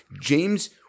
James